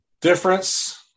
difference